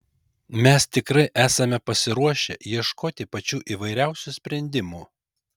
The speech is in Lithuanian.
mes tikrai esame pasiruošę ieškoti pačių įvairiausių sprendimų